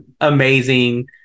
amazing